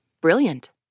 Brilliant